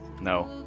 No